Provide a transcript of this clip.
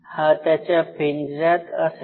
हा त्याच्या पिंजऱ्यात असेल